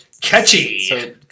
Catchy